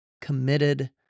committed